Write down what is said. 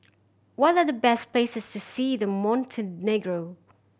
what the the best places to see in Montenegro